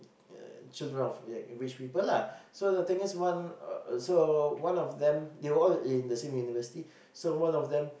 ya children of like rich people lah so the thing is one uh so one of them they were all in the same university so one of them